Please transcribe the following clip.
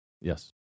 Yes